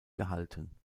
gehalten